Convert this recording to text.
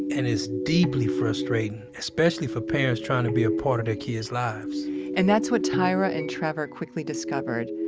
and it's deeply frustrating, especially for parents trying to be ah part of their kids' lives and that's what tyra and trevor quickly discovered.